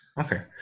Okay